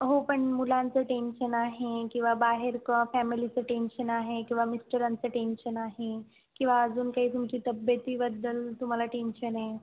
हो पण मुलांचं टेन्शन आहे किंवा बाहेर का फॅमिलीचं टेन्शन आहे किंवा मिस्टरांचं टेन्शन आहे किंवा अजून काही तुमची तब्येतीबद्दल तुम्हाला टेन्शन आहे